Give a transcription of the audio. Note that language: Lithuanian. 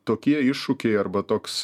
tokie iššūkiai arba toks